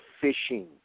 fishing